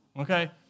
Okay